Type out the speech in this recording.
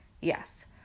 Yes